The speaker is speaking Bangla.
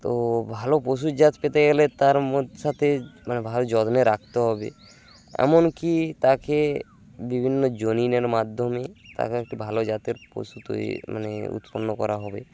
তো ভালো পশুর জাত পেতে গেলে তার ম সাথে মানে ভালো যত্নে রাখতে হবে এমনকি তাকে বিভিন্ন জনিনের মাধ্যমে তাকে একটি ভালো জাতের পশু তৈরি মানে উৎপন্ন করা হবে